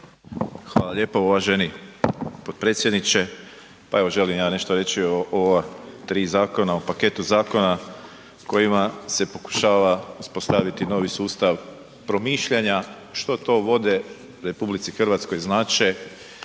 Hvala lijepa uvaženi potpredsjedniče. Pa evo želim ja nešto reći o ova tri zakona, o paketu zakona kojima se pokušava uspostaviti novi sustav promišljanja što to vode RH znače